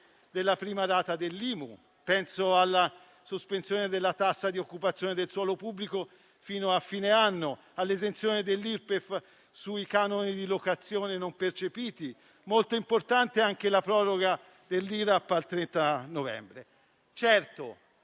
della prima rata dell'IMU, alla sospensione della tassa di occupazione del suolo pubblico fino a fine anno, o all'esenzione dell'Irpef sui canoni di locazione non percepiti ed è molto importante anche la proroga dell'IRAP al 30 novembre.